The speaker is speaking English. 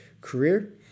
career